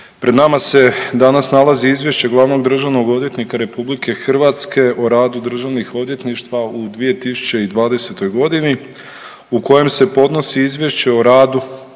Pred nama se danas nalazi Izvješće glavnog državnog odvjetnika RH o radu državnih odvjetništva u 2020.g. u kojem se podnosi izvješće o radu